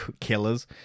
killers